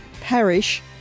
parish